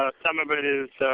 ah some of it is so